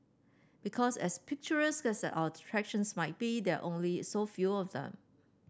because as picturesque our attractions might be there only so few of them